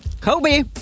Kobe